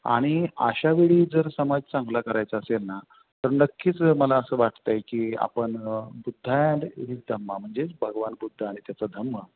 आणि अशा वेळी जर समाज चांगला करायचा असेल ना तर नक्कीच मला असं वाटतं आहे की आपण बुद्ध अँड हिज धम्मा म्हणजेच भगवान बुद्ध आणि त्याचा धम्मा